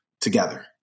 together